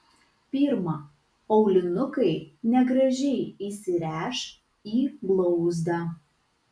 pirma aulinukai negražiai įsiręš į blauzdą